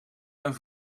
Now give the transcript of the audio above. ben